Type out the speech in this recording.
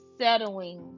settling